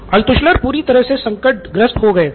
Altshuller पूरी तरह से संकट ग्रस्त हो गया थे